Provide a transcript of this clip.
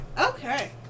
Okay